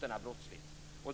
denna brottslighet.